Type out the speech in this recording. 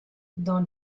dans